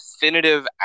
definitive